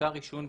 מוצר עישון,